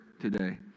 today